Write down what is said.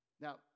Now